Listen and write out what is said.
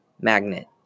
magnet